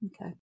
Okay